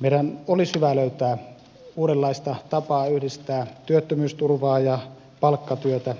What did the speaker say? meidän olisi hyvä löytää uudenlaista tapaa yhdistää työttömyysturvaa ja palkkatyötä